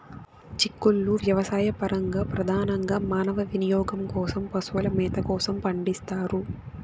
చిక్కుళ్ళు వ్యవసాయపరంగా, ప్రధానంగా మానవ వినియోగం కోసం, పశువుల మేత కోసం పండిస్తారు